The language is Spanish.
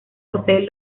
posee